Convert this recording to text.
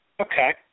Okay